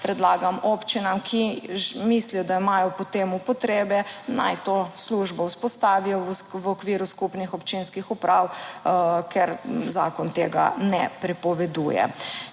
predlagam občinam, ki mislijo, da imajo potem potrebe, naj to službo vzpostavijo v okviru skupnih občinskih uprav, ker zakon tega ne prepoveduje.